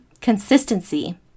consistency